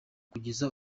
kugeza